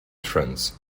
friends